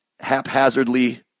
haphazardly